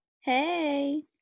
Hey